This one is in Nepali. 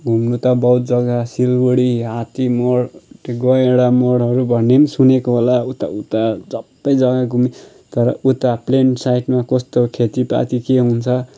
घुम्नु त बहुत जग्गा सिलगढी हात्ती मोड गौडा मोडहरू भन्ने पनि सुनेको होला उत्ता उता सबै जग्गा घुमे तर उता प्लेन साइडमा कस्तो खेतीपाती के हुन्छ